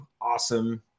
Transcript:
Awesome